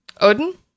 Odin